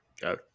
go